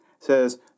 Says